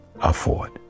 afford